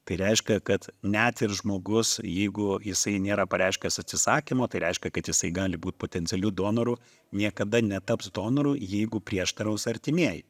tai reiškia kad net ir žmogus jeigu jisai nėra pareiškęs atsisakymo tai reiškia kad jisai gali būt potencialiu donoru niekada netaps donoru jeigu prieštaraus artimieji